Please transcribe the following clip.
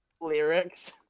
lyrics